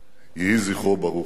יהי זכרו ברוך.